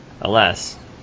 alas